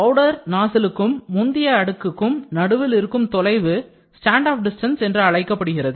powder நாசிலுக்கும் முந்தைய அடுக்கும் நடுவில் இருக்கும் தொலைவு standoff distance என்று அழைக்கப்படுகிறது